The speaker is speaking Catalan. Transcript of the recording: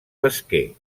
pesquer